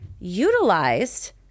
utilized